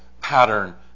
pattern